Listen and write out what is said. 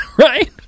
right